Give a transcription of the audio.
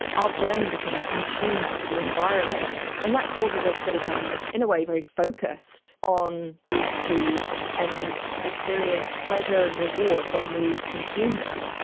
our brain becomes entuned to and to the environment, and that causes us to become in a way very focused on these foods and experience pleasure and reward when we consume them.